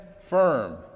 firm